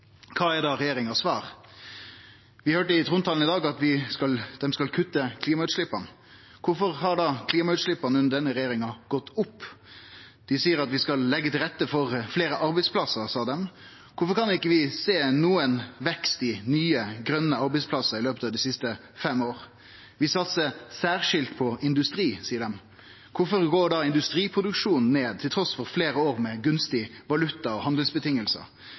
Kva er da svaret frå regjeringa? Vi høyrde i trontalen i dag at dei skal kutte klimautsleppa. Kvifor har da klimautsleppa under denne regjeringa gått opp? Dei seier at dei skal leggje til rette for fleire arbeidsplassar. Kvifor har vi ikkje sett nokon vekst i nye, grøne arbeidsplassar i løpet av dei siste fem åra? Dei satsar særskilt på industri, seier dei. Kvifor går da industriproduksjonen ned trass i fleire år med ein gunstig valuta og